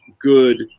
good